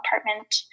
apartment